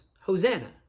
Hosanna